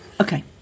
Okay